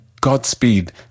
Godspeed